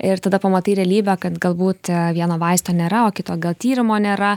ir tada pamatai realybę kad galbūt vieno vaisto nėra o kito gal tyrimo nėra